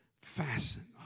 fasten